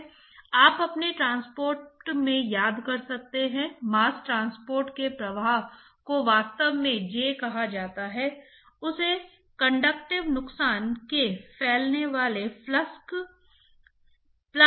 तो एक ऐसी प्रणाली हो सकती है जहां आपके पास एक सीमा हो जो उस तरल पदार्थ की तुलना में उच्च तापमान पर बनी रहती है जो इससे पहले बह रही है